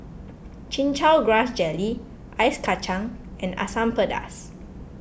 Chin Chow Grass Jelly Ice Kachang and Asam Pedas